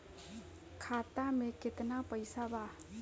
खाता में केतना पइसा बा?